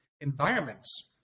environments